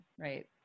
Right